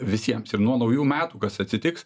visiems ir nuo naujų metų kas atsitiks